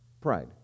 Pride